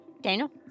Daniel